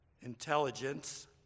intelligence